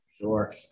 Sure